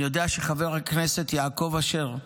אני יודע שחבר הכנסת יעקב אשר,